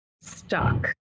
stuck